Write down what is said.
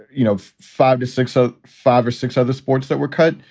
you know, five to six. so five or six other sports that were cut.